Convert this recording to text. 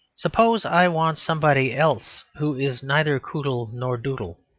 suppose i want somebody else who is neither coodle nor doodle.